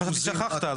חשבתי ששכחת,